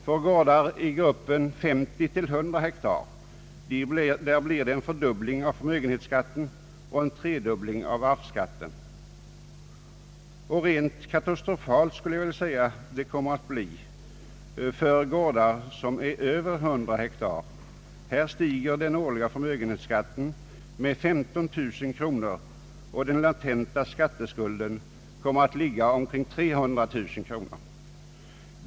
På gårdar i gruppen 50— 100 hektar blir det en fördubbling av förmögenhetsskatten och en tredubbling av arvsskatten. Rent katastrofalt skulle jag vilja säga att det kommer att bli för gårdar som är över 100 hektar. Här stiger den årliga förmögenhetsskatten med 15 000 kronor, och den latenta skatteskulden kommer att ligga vid omkring 300 000 kronor.